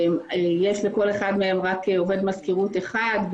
יש לכל אחד מהם רק עובד מזכירות אחד.